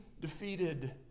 defeated